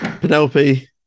Penelope